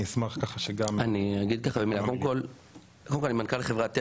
אני מנכ"ל חברת תלם,